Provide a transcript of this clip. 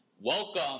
Welcome